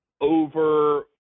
over